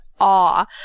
awe